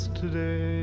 today